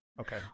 Okay